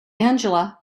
angela